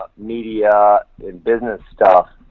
media and business stuff,